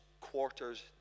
quarters